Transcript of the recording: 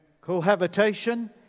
cohabitation